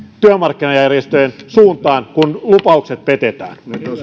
työmarkkinajärjestöjen suuntaan kun lupaukset petetään